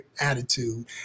attitude